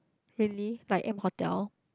really like M-Hotel